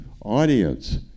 audience